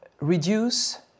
reduce